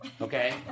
Okay